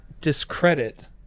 discredit